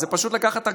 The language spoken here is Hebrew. זה פשוט לקחת הגדרה.